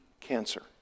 cancer